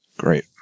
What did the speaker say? great